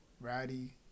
ratty